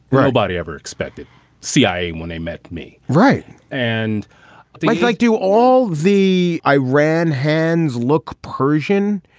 nobody ever expected cia when they met me. right and things like do all the i ran hands look persian.